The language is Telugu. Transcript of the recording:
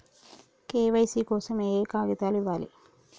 కే.వై.సీ కోసం ఏయే కాగితాలు ఇవ్వాలి?